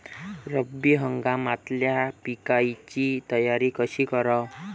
रब्बी हंगामातल्या पिकाइची तयारी कशी कराव?